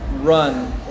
run